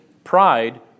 Pride